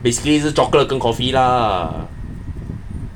basically 是 chocolate 跟 coffee lah